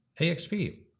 AXP